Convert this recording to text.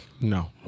No